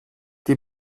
die